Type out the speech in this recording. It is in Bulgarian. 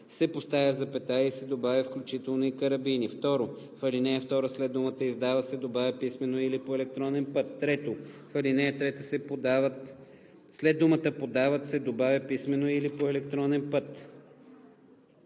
се поставя запетая и се добавя „включително и карабини“. 2. В ал. 2 след думата „издава“ се добавя „писмено или по електронен път“.“ 3. В ал. 3 след думата „подават“ се добавя „писмено или по електронен път“.